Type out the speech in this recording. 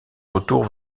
retours